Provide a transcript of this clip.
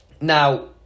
Now